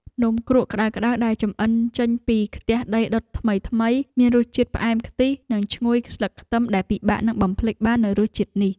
នំគ្រក់ក្ដៅៗដែលចម្អិនចេញពីខ្ទះដីដុតថ្មីៗមានរសជាតិផ្អែមខ្ទិះ និងឈ្ងុយស្លឹកខ្ទឹមដែលពិបាកនឹងបំភ្លេចបាននូវរសជាតិនេះ។